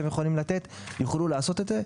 שהם יכולים לתת יוכלו לעשות את זה,